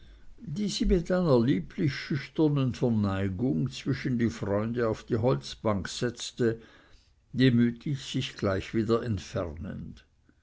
mit einer lieblich schüchternen verneigung zwischen die freunde auf die holzbank setzte demütig sich gleich wieder entfernend